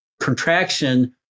contraction